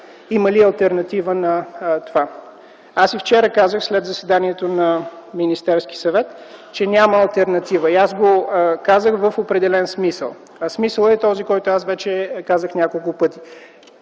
има ли алтернатива? Аз и вчера казах след заседанието на Министерския съвет, че няма алтернатива. Аз го казах в определен смисъл, а смисълът е този, който аз вече изказах няколко пъти,